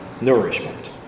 nourishment